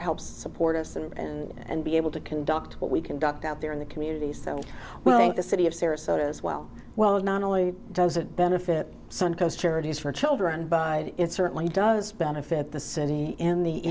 helps support us and be able to conduct what we conduct out there in the communities so well the city of sarasota as well well not only does it benefit sun coast charities for children by it certainly does benefit the city in the